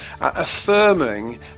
affirming